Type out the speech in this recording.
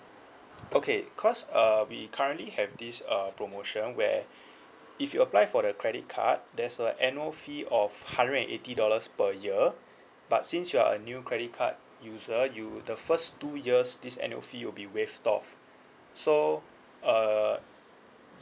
okay cause uh we currently have this uh promotion where if you apply for the credit card there's a annual fee of hundred and eighty dollars per year but since you are a new credit card user you the first two years this annual fee will be waived off so uh